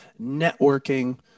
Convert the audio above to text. networking